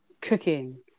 cooking